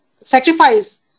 sacrifice